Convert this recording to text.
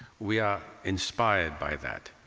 we are inspired by that.